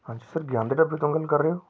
ਹਾਂਜੀ ਸਰ ਗਿਆਨ ਦੇ ਢਾਬੇ ਤੋਂ ਗੱਲ ਕਰ ਰਹੇ ਹੋ